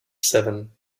seven